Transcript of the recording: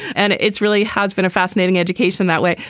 and it's really has been a fascinating education that way.